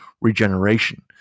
regeneration